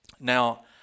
Now